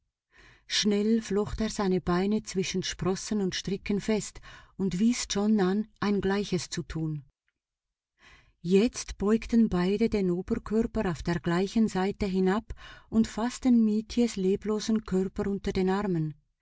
schnell flocht er seine beine zwischen sprossen und stricken fest und und wies john an ein gleiches zu tun jetzt beugten beide den oberkörper auf der gleichen seite hinab und faßten mietjes leblosen körper unter den armen